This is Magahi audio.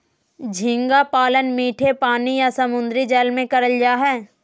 झींगा पालन मीठे पानी या समुंद्री जल में करल जा हय